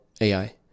AI